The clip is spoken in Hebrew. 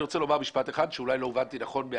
אני רוצה לומר משפט אחד כי אולי לא הובנתי נכון.